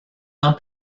ans